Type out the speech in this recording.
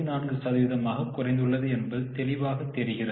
94 சதவீதமாக குறைந்துள்ளது என்பது தெளிவாக தெரிகிறது